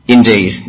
Indeed